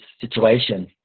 situation